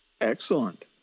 Excellent